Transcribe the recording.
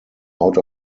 out